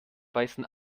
weisen